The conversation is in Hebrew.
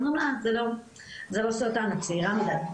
אומרים לה "זה לא סרטן את צעירה מידי,